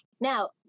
now